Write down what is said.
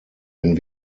wenn